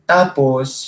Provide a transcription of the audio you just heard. Tapos